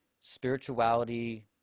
Spirituality